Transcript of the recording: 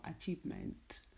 achievement